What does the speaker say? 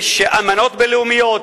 יש אמנות בין-לאומיות,